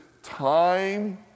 Time